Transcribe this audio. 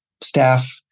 staff